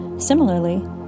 Similarly